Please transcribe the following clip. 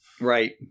Right